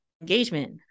engagement